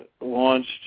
launched